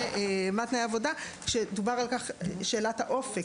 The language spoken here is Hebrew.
דובר כאן על שאלת האופק,